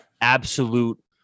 Absolute